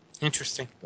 interesting